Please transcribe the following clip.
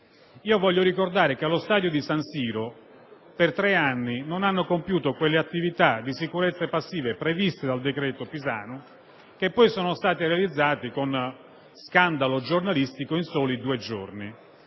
Voglio ricordare che allo stadio di San Siro per tre anni non sono state compiute quelle attività di sicurezza passiva previste dal decreto Pisanu che poi sono state realizzate, con scandalo giornalistico, in soli due giorni.